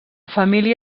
família